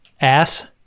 Ass